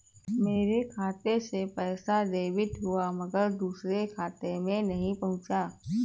मेरे खाते से पैसा डेबिट हुआ मगर दूसरे खाते में नहीं पंहुचा